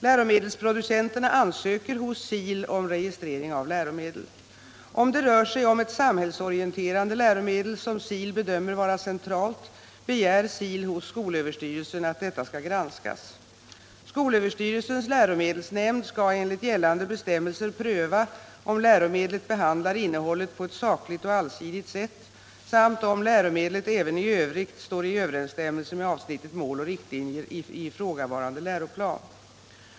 Läromedelsproducenterna ansöker hos SIL om registrering av läromedel. Om det rör sig om ett samhällsorienterande läromedel, som SIL bedömer vara centralt, begär SIL hos skolöverstyrelsen att detta skall granskas. Skolöverstyrelsens läromedelsnämnd skall enligt gällande bestämmelser pröva om läromedlet behandlar innehållet på ett sakligt och allsidigt sätt samt om läromedlet även i övrigt står i överensstämmelse med avsnittet Mål och riktlinjer i ifrågavarande läroplan.